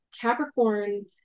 Capricorn